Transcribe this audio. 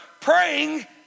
praying